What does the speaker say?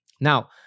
Now